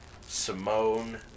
Simone